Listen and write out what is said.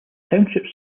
township